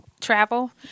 travel